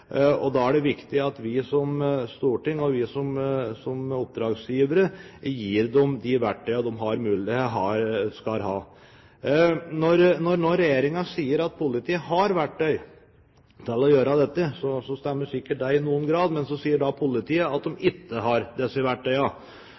Da er det viktig at vi som storting og som oppdragsgivere gir dem de verktøyene de skal ha. Når regjeringen nå sier at politiet har verktøyene til å gjøre dette, stemmer det sikkert i noen grad, men så sier politiet at de